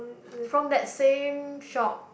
from the same shop